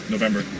November